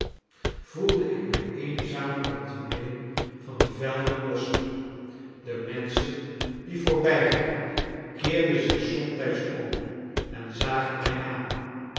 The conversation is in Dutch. voelde ik mij eenzamer dan temidden van de velden en bosschen de menschen die voorbijgingen keerden zich somtijds om en zagen mij aan